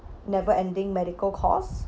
never ending medical costs